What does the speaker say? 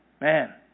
Man